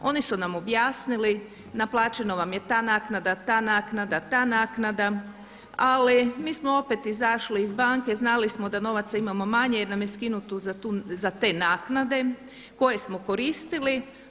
Oni su nam objasnili naplaćeno vam je ta naknada, ta naknada, ali mi smo opet izašli iz banke, znali smo da novaca imamo manje jer nam je skinuto za te naknade koje smo koristili.